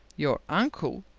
your uncle!